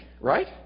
right